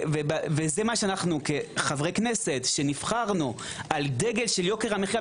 וזה מה שאנו כחבי כנסת שנבחרנו על דגל יוקר המחיה,